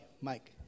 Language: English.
Mike